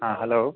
हाँ हलो